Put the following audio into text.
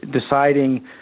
deciding